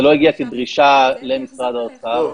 זה לא הגיע כדרישה למשרד האוצר,